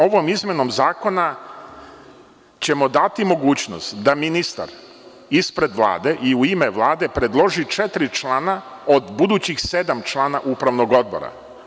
Ovom izmenom zakona ćemo dati mogućnost da ministar ispred Vlade i u ime Vlade predloži četiri člana od budućih sedam članova upravnog odbora.